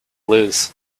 lose